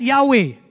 Yahweh